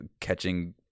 catching